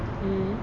((mmhmm)m)